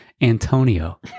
Antonio